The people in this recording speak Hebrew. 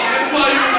אותם,